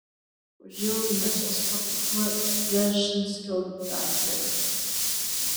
užėjau į mėsos parduotuvę dzeržinskio gatvėje